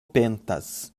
pentas